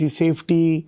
safety